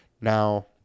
Now